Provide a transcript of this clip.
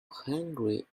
hungry